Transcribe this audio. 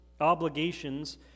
obligations